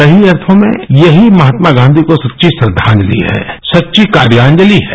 सही अर्थों में यही महात्मा गाँधी को सच्ची श्रद्वांजलि है सच्ची कार्याजलि है